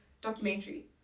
documentary